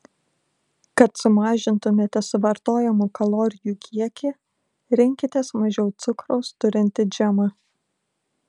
kad sumažintumėte suvartojamų kalorijų kiekį rinkitės mažiau cukraus turintį džemą